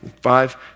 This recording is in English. Five